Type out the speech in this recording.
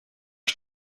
que